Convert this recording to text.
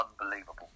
unbelievable